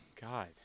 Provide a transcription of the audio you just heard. God